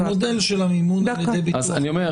המודל של המימון על-ידי ביטוח לאומי.